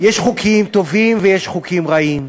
יש חוקים טובים ויש חוקים רעים,